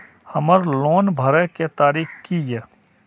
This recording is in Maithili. हमर लोन भरए के तारीख की ये?